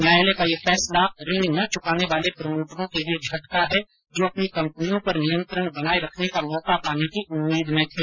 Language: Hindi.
न्यायालय का यह फैसला ऋण न चुकाने वाले प्रमोटरों के लिए झटका है जो अपनी कंपनियों पर नियंत्रण बनाये रखने का मौका पाने की उम्मीद में थे